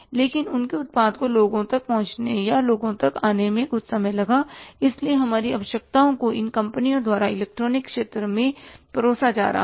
लेकिन उनके उत्पाद को लोगों तक पहुंचने या लोगों तक आने में कुछ समय लगा इसलिए हमारी आवश्यकताओं को इन कंपनियों द्वारा इलेक्ट्रॉनिक्स क्षेत्र में परोसा जा रहा था